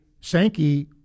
Sankey